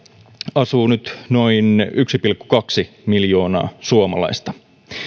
asuu nyt noin yksi pilkku kaksi miljoonaa suomalaista